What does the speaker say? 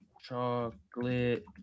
Chocolate